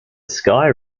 sky